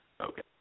Okay